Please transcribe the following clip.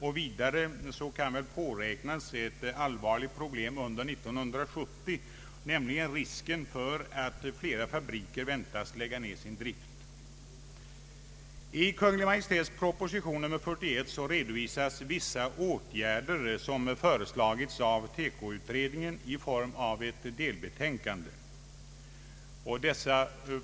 Vidare kan påräknas ett allvarligt problem under 1970, nämligen risken för att fler fabriker kan komma att lägga ned sin drift. I Kungl. Maj:ts proposition nr 41 redovisas en del åtgärder, som har föreslagits av TEKO-utredningen i ett delbetänkande.